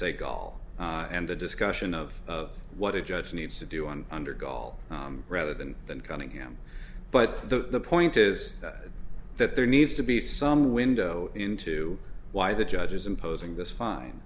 say gall and a discussion of what a judge needs to do on under gall rather than than cutting him but the point is that there needs to be some window into why the judge is imposing this fine